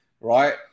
right